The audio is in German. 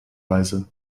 weise